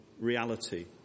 reality